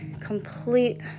complete